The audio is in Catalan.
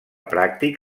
pràctic